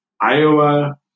Iowa